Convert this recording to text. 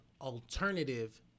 alternative